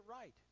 right